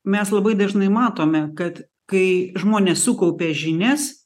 mes labai dažnai matome kad kai žmonės sukaupia žinias